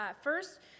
First